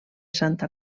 santa